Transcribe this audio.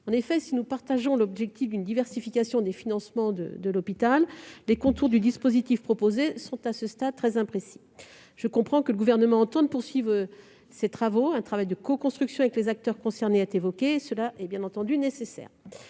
En effet, si nous partageons l'objectif d'une diversification des financements de l'hôpital, les contours du dispositif proposé sont, à ce stade, très imprécis. Je comprends que le Gouvernement entende poursuivre ses travaux. Un travail de coconstruction avec les acteurs concernés est évoqué. Cela est, bien entendu, nécessaire.